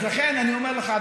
לכן אני אומר לך,